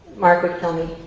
mark would tell me,